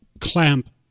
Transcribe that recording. clamp